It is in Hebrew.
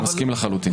מסכים לחלוטין.